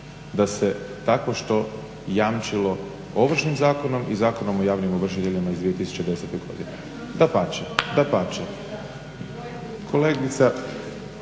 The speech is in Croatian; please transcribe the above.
da se takvo što jamčilo Ovršnim zakonom i Zakonom o javnim ovršiteljima iz 2010. godine, dapače. … /Upadica